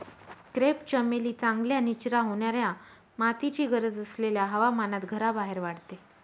crepe चमेली चांगल्या निचरा होणाऱ्या मातीची गरज असलेल्या हवामानात घराबाहेर वाढते